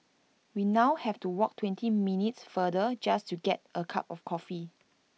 we now have to walk twenty minutes farther just to get A cup of coffee